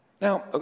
Now